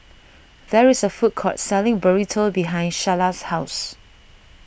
there is a food court selling Burrito behind Sharla's house